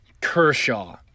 Kershaw